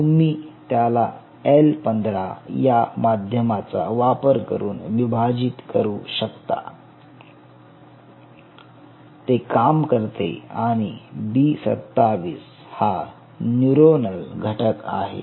तुम्ही त्याला एल15 या माध्यमाचा वापर करून विभाजित करू शकता ते काम करते आणि बी27 हा न्यूरोनल घटक आहे